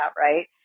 right